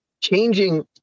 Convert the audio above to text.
changing